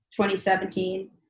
2017